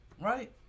right